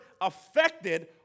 affected